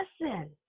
listen